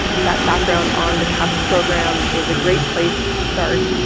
that background on the cahps program is a great place to start.